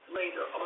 later